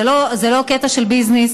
זה לא קטע של ביזנס,